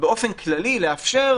באופן כללי לאפשר